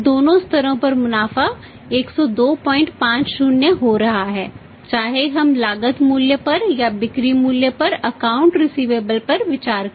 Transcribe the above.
दोनों स्तरों पर मुनाफा 10250 हो रहा है चाहे हम लागत मूल्य पर या बिक्री मूल्य पर अकाउंट शामिल है